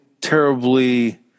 terribly